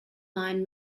line